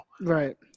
Right